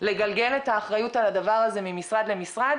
לגלגל את האחריות על הדבר הזה ממשרד למשרד,